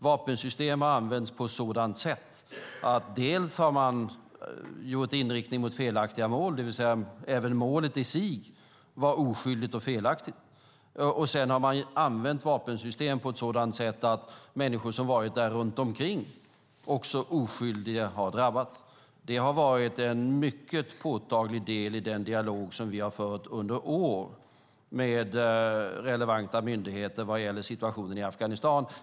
Vapensystem har använts med inriktning mot felaktiga mål, det vill säga även målet i sig var oskyldigt och felaktigt, och sedan har man använt vapensystem på ett sådant sätt att oskyldiga människor som varit runt omkring också har drabbats. Det har varit en mycket påtalig del i den dialog som vi under år har fört med relevanta myndigheter vad gäller situationen i Afghanistan.